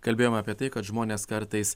kalbėjom apie tai kad žmonės kartais